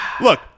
Look